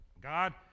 God